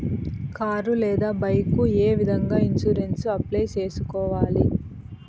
car లేదా bike ఏ విధంగా ఇన్సూరెన్సు అప్లై సేసుకోవాలి